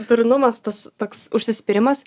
durnumas tas toks užsispyrimas